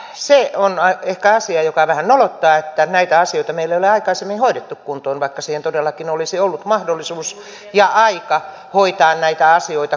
se on ehkä asia joka vähän nolottaa että näitä asioita meillä ei ole aikaisemmin hoidettu kuntoon vaikka siihen todellakin olisi ollut mahdollisuus ja aikaa hoitaa näitä asioita kuntoon